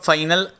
Final